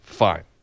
Fine